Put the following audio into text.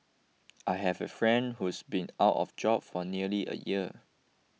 I have a friend who's been out of job for nearly a year